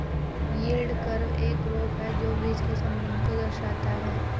yield curve एक graph है जो बीच के संबंध को दर्शाता है